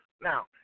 Now